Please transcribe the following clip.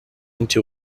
into